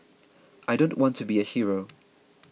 I don't want to be a hero